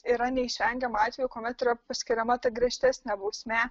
yra neišvengiama atvejų kuomet yra paskiriama ta griežtesnė bausmė